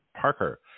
Parker